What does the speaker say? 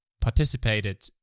participated